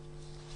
(ב)